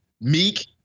Meek